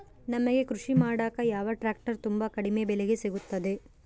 ನಮಗೆ ಕೃಷಿ ಮಾಡಾಕ ಯಾವ ಟ್ರ್ಯಾಕ್ಟರ್ ತುಂಬಾ ಕಡಿಮೆ ಬೆಲೆಗೆ ಸಿಗುತ್ತವೆ?